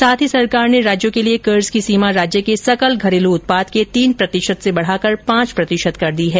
साथ ही सरकार ने राज्यों के लिए कर्ज की सीमा राज्य के सकल घरेलू उत्पाद के तीन प्रतिशत से बढाकर पांच प्रतिशत कर दी है